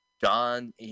john